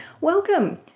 welcome